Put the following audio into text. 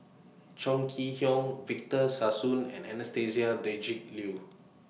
Chong Kee Hiong Victor Sassoon and Anastasia Tjendri Liew